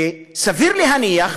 וסביר להניח,